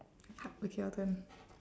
okay your turn